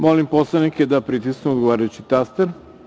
Molim poslanike da pritisnu odgovarajući taster.